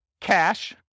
cash